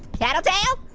tattletail?